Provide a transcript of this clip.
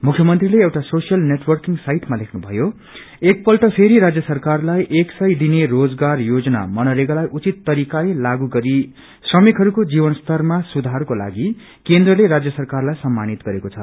मुख्यमंत्रीले एउटा social networking साइटमा लेख्नु भयो एक पल्ट फेरि राज्य सरकारलाई एक सय दिने रोजगार योजना मनरेगालाई उचित तरीकाले लागू गरी श्रमिकहरूको जीवन स्तरमा सुधारको लागि केन्द्रले राज्य सरकरलाई सम्मानित गरेको छ